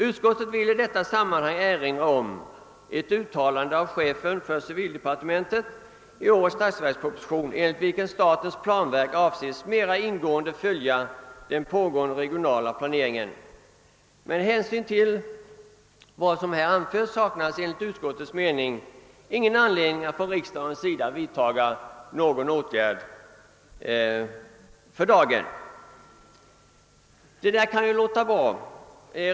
Utskottet vill i detta sammanhang erinra om ett uttalande av chefen för civildepartementet i årets statsverksproposition, enligt vilket statens planverk avses mera ingående följa den pågående regionala planeringen. Med hänsyn till vad här anförts saknas enligt utskottets mening anledning för riksdagen att vidta någon åtgärd för dagen.» Det där kan låta bra.